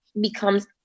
becomes